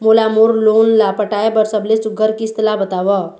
मोला मोर लोन ला पटाए बर सबले सुघ्घर किस्त ला बताव?